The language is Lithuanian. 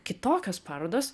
kitokios parodos